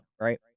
right